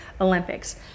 Olympics